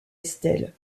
estelle